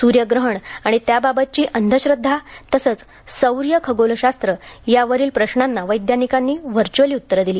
स्र्यग्रहण आणि त्याबाबतची अंधश्रध्दा तसंच सौर्यखगोलशास्र यावरील प्रश्नांना वैज्ञानिकांनी व्हर्च्युअली उत्तरं दिली